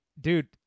dude